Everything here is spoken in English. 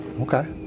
Okay